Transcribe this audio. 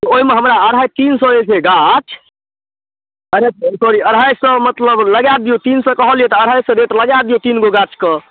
तऽ ओइमे हमरा अढ़ाइ तीन सए जे छै गाछ सॉरी अढ़ाइ सए मतलब लगै दियौ तीन सए कहलियै तऽ अढ़ाइ सए रेट लगै दियौ तीनगो गाछके